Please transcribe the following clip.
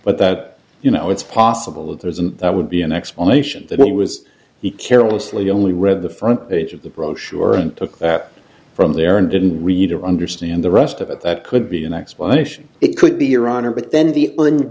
but that you know it's possible that there isn't that would be an explanation that it was the carelessly only read the front page of the brochure and took that from there and didn't read or understand the rest of it that could be an explanation it could be your honor but then the